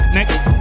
next